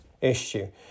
issue